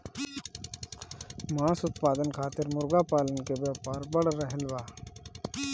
मांस उत्पादन खातिर मुर्गा पालन के व्यापार बढ़ रहल बा